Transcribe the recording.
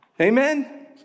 Amen